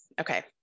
okay